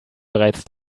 bereits